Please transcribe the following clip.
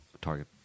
target